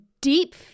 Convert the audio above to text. deep